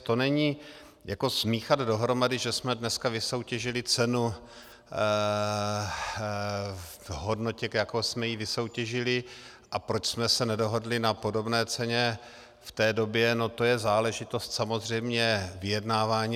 To není smíchat dohromady, že jsme dneska vysoutěžili cenu v hodnotě, v jaké jsme ji vysoutěžili, a proč jsme se nedohodli na podobné ceně v té době, to je záležitost samozřejmě vyjednávání.